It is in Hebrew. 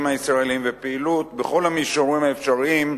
הישראליים ופעילות בכל המישורים האפשריים,